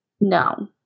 No